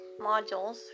modules